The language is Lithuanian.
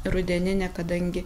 rudeninę kadangi